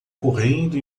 correndo